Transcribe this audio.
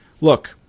Look